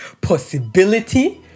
possibility